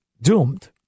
doomed